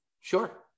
sure